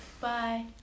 bye